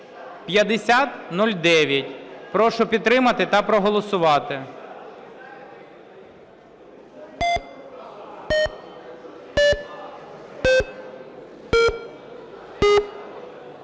5009. Прошу підтримати та проголосувати.